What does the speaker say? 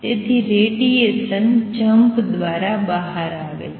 તેથી radiation jump દ્વારા બહાર આવે છે